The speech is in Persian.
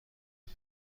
کنم